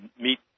meet